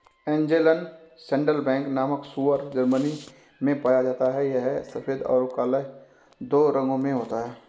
Angeln saddleback नामक सूअर Germany में पाया जाता है यह सफेद और काला दो रंगों में होता है